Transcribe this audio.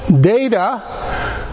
data